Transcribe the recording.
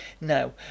now